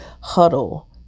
huddle